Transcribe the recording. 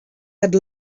had